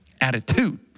Attitude